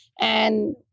and-